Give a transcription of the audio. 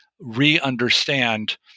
Re-understand